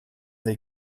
they